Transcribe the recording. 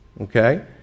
Okay